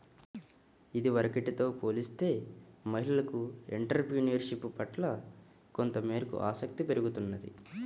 ఇదివరకటితో పోలిస్తే మహిళలకు ఎంటర్ ప్రెన్యూర్షిప్ పట్ల కొంతమేరకు ఆసక్తి పెరుగుతున్నది